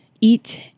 eat